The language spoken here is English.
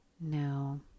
No